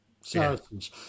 Saracens